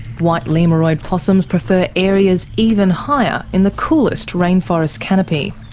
white lemuroid possums prefer areas even higher, in the coolest rainforest canopy.